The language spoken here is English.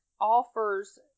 offers